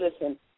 listen